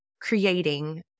creating